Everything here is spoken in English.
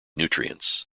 nutrients